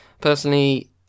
Personally